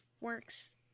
works